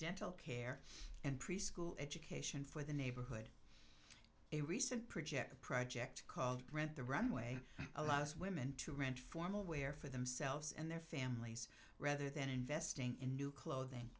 dental care and preschool education for the neighborhood a recent project a project called rent the runway allows women to rent formal wear for themselves and their families rather than investing in new clothing